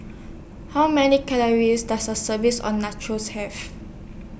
How Many Calories Does A serves Or Nachos Have